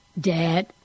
Dad